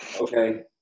okay